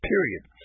period